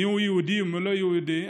מיהו יהודי ומיהו לא יהודי.